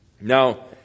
Now